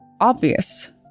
obvious